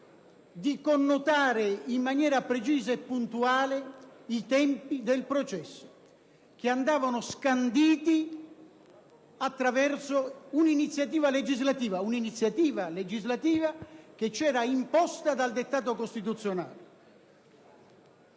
di connotare in maniera precisa e puntuale i tempi del processo, che andavano scanditi attraverso un'iniziativa legislativa; un'iniziativa legislativa che ci era imposta dal dettato costituzionale.